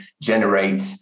generate